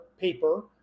paper